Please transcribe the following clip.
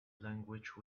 language